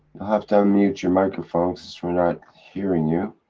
you'll have to unmute your microphone since we're not hearing you.